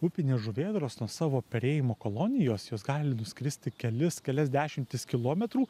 upinės žuvėdros nuo savo perėjimo kolonijos jos gali nuskristi kelis kelias dešimtis kilometrų